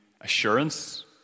assurance